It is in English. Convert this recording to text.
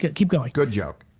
keep going. good joke.